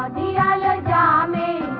da da da